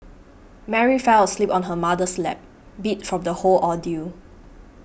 Mary fell asleep on her mother's lap beat from the whole ordeal